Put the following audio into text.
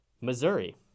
Missouri